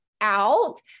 out